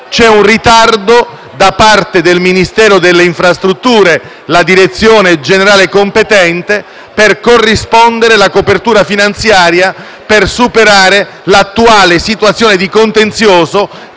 C'è un ritardo da parte del Ministero delle infrastrutture, nella direzione generale competente, per corrispondere la copertura finanziaria necessaria a superare l'attuale situazione di contenzioso,